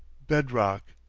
bed rock!